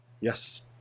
yes